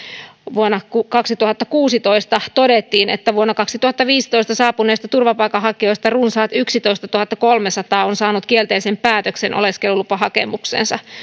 vuonna kaksituhattakuusitoista todettiin että vuonna kaksituhattaviisitoista saapuneista turvapaikanhakijoista runsaat yksitoistatuhattakolmesataa on saanut kielteisen päätöksen oleskelulupahakemukseensa